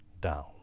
down